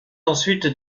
ensuite